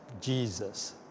Jesus